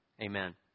Amen